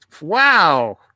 Wow